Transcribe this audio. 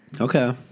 Okay